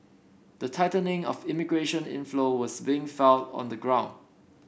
the tightening of immigration inflow was being felt on the ground